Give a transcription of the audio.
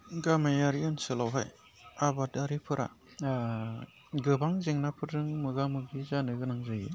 गामियारि ओनसोलावहाय आबादारिफोरा गोबां जेंनाफोरजों मोगा मोगि जानो गोनां जायो